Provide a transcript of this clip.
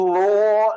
law